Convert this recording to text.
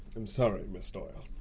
i'm sorry, ms doyle.